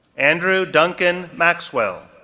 andrew duncan maxwell,